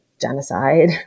genocide